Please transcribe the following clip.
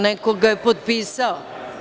Neko ga je potpisao.